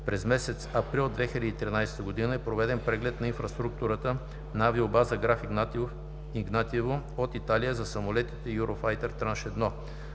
през месец април 2013 г. е проведен преглед на инфраструктурата на авиобаза Граф Игнатиево от Италия за самолети Юрофайтер Транш 1;